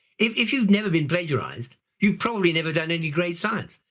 if if you've never been plagiarized you've probably never done any great science.